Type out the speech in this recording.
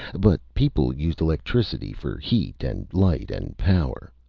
but people used electricity for heat and light and power.